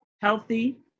healthy